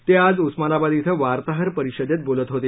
ते आज उस्मानाबाद क्रं वार्ताहर परिषदेत बोलत होते